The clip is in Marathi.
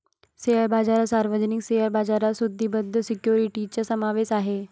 शेअर बाजारात सार्वजनिक शेअर बाजारात सूचीबद्ध सिक्युरिटीजचा समावेश आहे